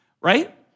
Right